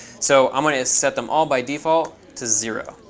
so i'm going to set them all by default to zero,